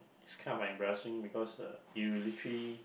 it's kind of like embarrassing because uh you literally